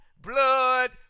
blood